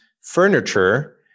furniture